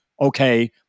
okay